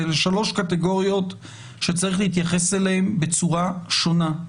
אלה שלוש קטגוריות שצריך להתייחס אליהן בצורה שונה.